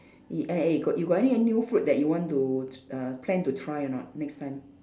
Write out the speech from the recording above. i~ eh eh got you got any new food that you want to t~ uh plan to try or not next time